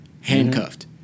handcuffed